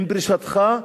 עם פרישתך,